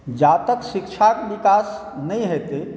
जा तक शिक्षाके विकास नहि हेतै